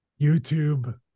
youtube